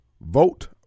vote